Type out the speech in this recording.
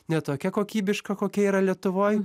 ne tokia kokybiška kokia yra lietuvoj